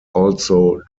also